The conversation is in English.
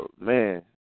man